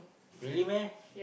really meh